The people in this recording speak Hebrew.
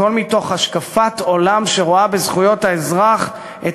הכול מתוך השקפת עולם שרואה בזכויות האזרח את